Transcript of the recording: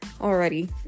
already